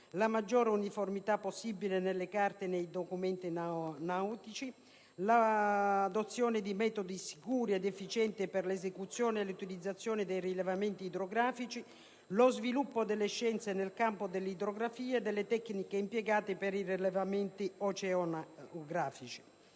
la maggiore uniformità possibile nelle carte e nei documenti nautici; l'adozione di metodi sicuri ed efficienti per l'esecuzione e l'utilizzazione dei rilevamenti idrografici; lo sviluppo delle scienze nel campo dell'idrografia e delle tecniche impiegate per i rilevamenti oceanografici.